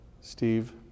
Steve